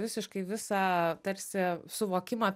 visiškai visą tarsi suvokimą